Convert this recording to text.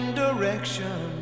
direction